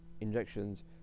injections